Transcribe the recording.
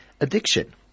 addiction